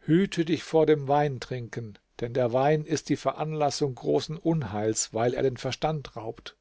hüte dich vor dem weintrinken denn der wein ist die veranlassung großen unheils weil er den verstand raubt